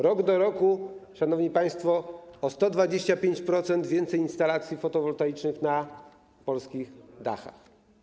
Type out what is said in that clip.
Rok do roku, szanowni państwo, jest o 125% więcej instalacji fotowoltaicznych na polskich dachach.